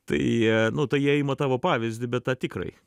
tai jie nu tai jie ima tavo pavyzdį be tą tikrąjį